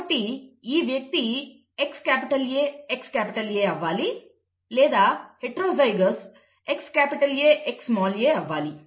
కాబట్టి ఈ వ్యక్తి XAXA X capital A X capital Aఅవ్వాలి లేదా heterozygous XAXa X capital A X small A అవ్వాలి